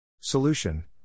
Solution